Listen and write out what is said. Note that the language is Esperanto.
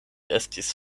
estis